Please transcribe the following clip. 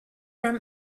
from